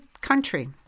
country